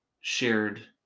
shared